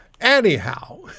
Anyhow